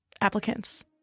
applicants